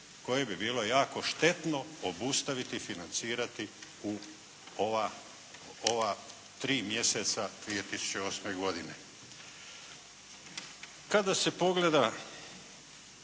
koje bi bilo jako štetno obustaviti i financirati u ova, ova tri mjeseca 2008. godine. Kada se pogleda